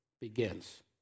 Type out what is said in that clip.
begins